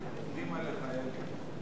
לסעיף 2 לא